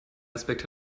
aspekt